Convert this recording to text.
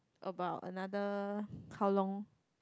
about another how long